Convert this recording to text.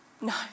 No